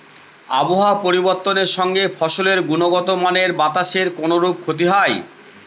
আবহাওয়ার পরিবর্তনের সঙ্গে ফসলের গুণগতমানের বাতাসের কোনরূপ ক্ষতি হয়?